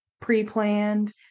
pre-planned